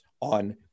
on